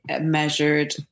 measured